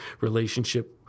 relationship